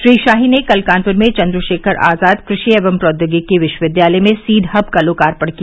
श्री शाही ने कल कानप्र में चन्द्रशेखर आजाद कृषि एवं प्रौद्योगिकी विश्वविद्यालय में सीड हब का लोकार्पण किया